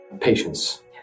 Patience